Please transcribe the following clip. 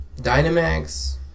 Dynamax